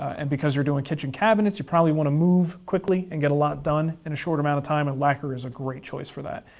and because you're doing kitchen cabinets you probably want to move quickly, and get a lot done in a short amount of time, and lacquer is a great choice for that.